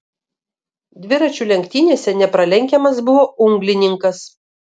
dviračių lenktynėse nepralenkiamas buvo unglininkas